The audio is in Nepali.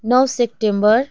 नौ सेप्टेम्बर